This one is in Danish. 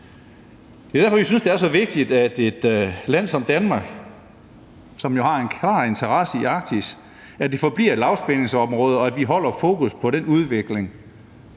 Det er derfor, vi synes, det er så vigtigt, at et land som Danmark, som jo har en klar interesse i Arktis, sikrer, at det forbliver et lavspændingsområde, og at vi holder fokus på den udvikling,